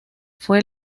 fue